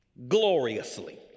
Gloriously